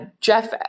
Jeff